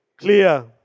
clear